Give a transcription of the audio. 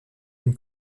une